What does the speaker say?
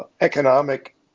economic